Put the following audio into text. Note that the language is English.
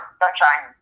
sunshine